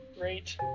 great